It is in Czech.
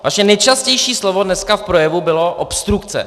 Vaše nejčastější slovo dneska v projevu bylo obstrukce.